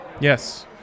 yes